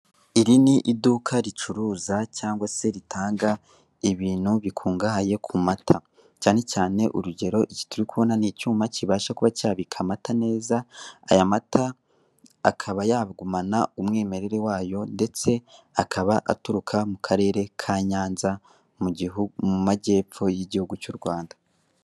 Iri ni iduka ricuruza cyangwa se ritanga ibintu bikungahaye ku mata. Cyane cyane urugero, iki turikubona ni icyuma kibasha kuba cyabika amata neza, aya mata akaba yagumana umwimerere wayo, ndetse akaba aturuka mu karere ka Nyanza, mu majyepfo y'igihugu cy'u Rwanda.